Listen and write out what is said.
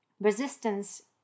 resistance